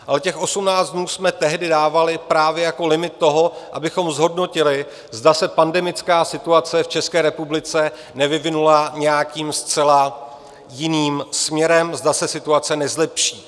Ale těch 18 dnů jsme tehdy dávali právě jako limit toho, abychom zhodnotili, zda se pandemická situace v České republice nevyvinula nějakým zcela jiným směrem, zda se situace nezlepší.